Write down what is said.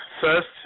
First